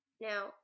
Now